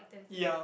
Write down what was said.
ya